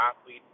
athlete